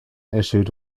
issued